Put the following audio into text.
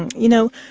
and you know,